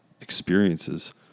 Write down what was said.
experiences